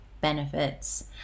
benefits